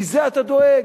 מזה אתה דואג?